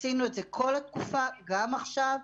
עשינו את זה כל התקופה וגם עכשיו.